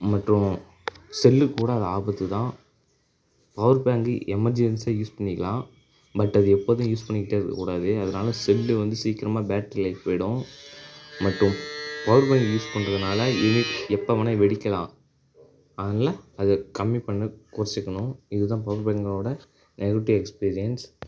மற்றும் செல்லுக்கு கூட அது ஆபத்து தான் பவர் பேங்க்கு எமர்ஜென்சிக்கு யூஸ் பண்ணிக்கலாம் பட் அது எப்போதும் யூஸ் பண்ணிக்கிட்டே இருக்கக்கூடாது அதனால செல்லு வந்து சீக்கிரமா பேட்டரி லைஃப் போய்விடும் மற்றும் பவர் பேங்க் யூஸ் பண்ணுறதுனால எனி எப்போ வேணா வெடிக்கலாம் அதனால அதை கம்மி பண்ணி குறச்சிக்கணும் இது தான் பவர் பேங்க்கோடய நெகட்டிவ் எக்ஸ்பீரியன்ஸ்